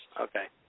Okay